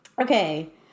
Okay